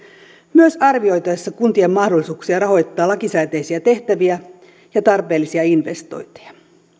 myös arvioitaessa kuntien mahdollisuuksia rahoittaa lakisääteisiä tehtäviä ja tarpeellisia investointeja